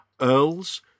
Earls